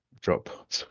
drop